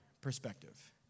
perspective